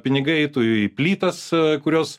pinigai eitų į plytas kurios